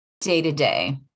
day-to-day